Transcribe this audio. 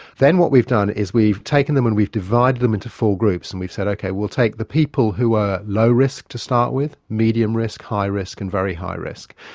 then what we've done is we've taken them and we've divided them into four groups, and we've said, okay, we'll take the people who are at low risk to start with, medium risk, high risk, and very high risk.